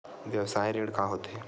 व्यवसाय ऋण का होथे?